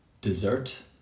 dessert